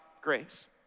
grace